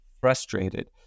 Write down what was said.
frustrated